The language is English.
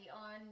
on